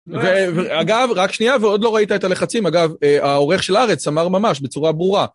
אגב, רק שנייה, ועוד לא ראית את הלחצים, אגב, העורך של הארץ אמר ממש בצורה ברורה.